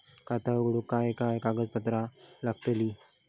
खाता उघडूक काय काय कागदपत्रा लागतली?